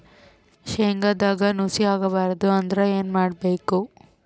ಶೇಂಗದಾಗ ನುಸಿ ಆಗಬಾರದು ಅಂದ್ರ ಏನು ಮಾಡಬೇಕು?